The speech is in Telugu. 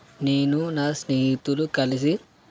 నేను నా స్నేహితులు కలిసి